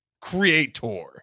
creator